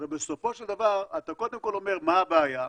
הרי בסופו של דבר אתה קודם כל אומר מה הבעיה,